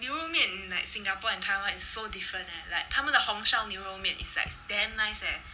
牛肉面 in like singapore and taiwan is so different leh like 他们的红烧牛肉面 is like damn nice leh